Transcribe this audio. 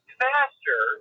faster